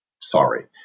sorry